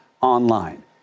online